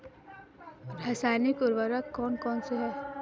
रासायनिक उर्वरक कौन कौनसे हैं?